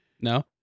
No